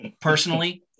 personally